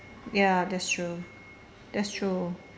ya that's true that's true